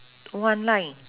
one line